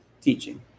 teaching